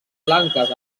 blanques